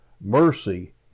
mercy